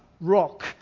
rock